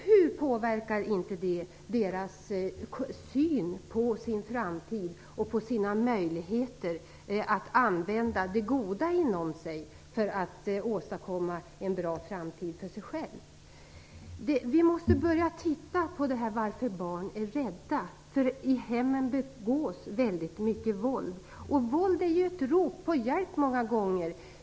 Hur påverkar inte detta deras syn på framtiden och på sina möjligheter att använda det goda inom sig för att åstadkomma en bra framtid för sig själva? Vi måste börja titta på varför barn är rädda. I hemmen begås väldigt många våldshandlingar, och våld är ju många gånger ett rop på hjälp.